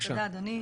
תודה אדוני.